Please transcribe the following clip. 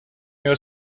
your